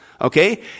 okay